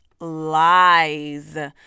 lies